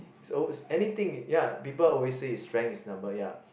so it's anything ya people always say is strength is number ya